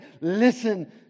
Listen